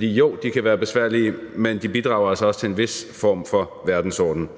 Jo, de kan være besværlige, men de bidrager altså også til en vis form for verdensorden.